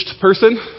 person